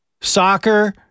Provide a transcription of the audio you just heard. Soccer